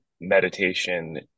meditation